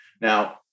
Now